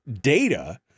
data